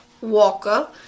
Walker